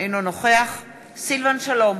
אינו נוכח סילבן שלום,